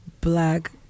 black